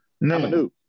No